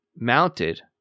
mounted